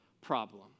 problem